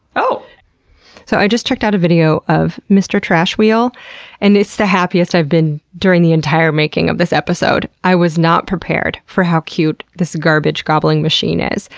so i just checked out a video of mister trash wheel and it's the happiest i've been during the entire making of this episode. i was not prepared for how cute this garbage gobbling machine is.